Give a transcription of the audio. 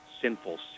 Sinful